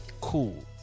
Cool